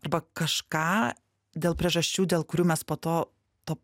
arba kažką dėl priežasčių dėl kurių mes po to to